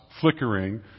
flickering